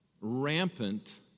rampant